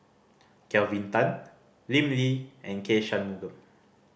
Kelvin Tan Lim Lee and K Shanmugam